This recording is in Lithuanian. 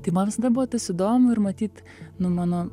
tai man visada buvo tas įdomu ir matyt nu mano